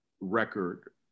record